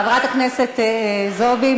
חברת הכנסת זועבי?